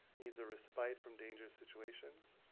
needs a respite from dangerous situations,